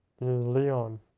Leon